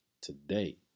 Today